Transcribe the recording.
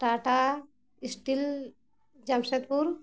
Tata steel Jamshedpur